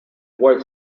wall